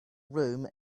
room